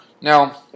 Now